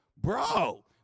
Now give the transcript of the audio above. Bro